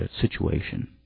situation